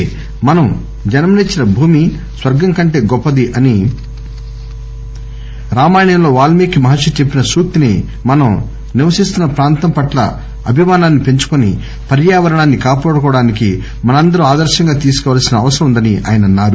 మనం జన్మించిన భూమి స్వర్గం కంటే గొప్పది అని రామాయణంలో వాల్మీకి మహర్షి చెప్పిన సూక్తిని మనం నివసిస్తున్న ప్రాంతం పట్ల అభిమానాన్ని పెంచుకొని పర్యావరణాన్ని కాపాడుకోవడానికి మనందరం ఆదర్శంగా తీసుకోవాల్సిన అవసరమున్నదన్నారు